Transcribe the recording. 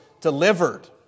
delivered